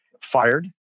fired